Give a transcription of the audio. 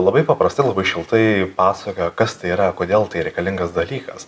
labai paprastai labai šiltai pasakojo kas tai yra kodėl tai reikalingas dalykas